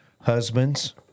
Husbands